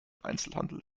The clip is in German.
einzelhandel